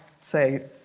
say